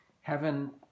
Heaven